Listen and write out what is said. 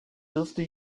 dürfte